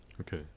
Okay